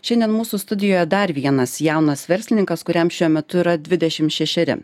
šiandien mūsų studijoje dar vienas jaunas verslininkas kuriam šiuo metu yra dvidešim šešeri